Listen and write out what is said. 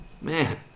man